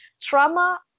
trauma